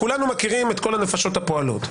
כולנו מכירים את כל הנפשות הפועלות.